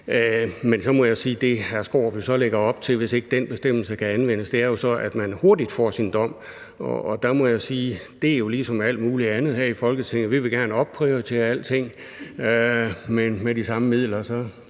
at det, hr. Skaarup lægger op til, hvis ikke den bestemmelse kan anvendes, jo så er, at man hurtigt får sin dom. Der må jeg sige, at det jo er som alt muligt andet her i Folketinget: Vi vil gerne opprioritere alting, men med de samme midler